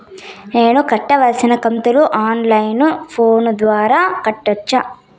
నేను కట్టాల్సిన కంతును ఆన్ లైను ఫోను ద్వారా కట్టొచ్చా?